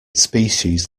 species